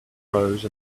rose